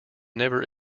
never